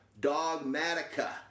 Dogmatica